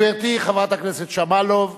גברתי חברת הכנסת שמאלוב,